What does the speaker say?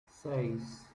seis